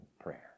prayer